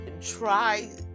try